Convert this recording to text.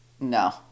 No